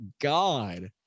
God